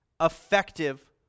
effective